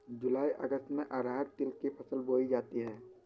जूलाई अगस्त में अरहर तिल की फसल बोई जाती हैं